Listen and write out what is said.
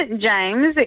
James